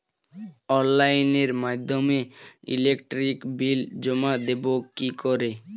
অনলাইনের মাধ্যমে electric bill জমা দেবো কি করে?